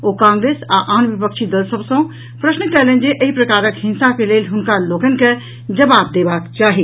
ओ कांग्रेस आ आन विपक्षी दल सभ सॅ प्रश्न कयलनि जे एहि प्रकारक हिंसा के लेल हुनका लोकनि के जवाब देबाक चाही